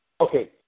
Okay